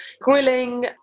grilling